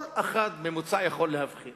כל אדם ממוצע יכול להבחין